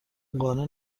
قانع